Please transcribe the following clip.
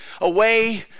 away